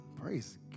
Praise